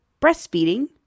breastfeeding